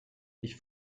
ich